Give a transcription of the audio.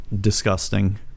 disgusting